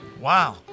wow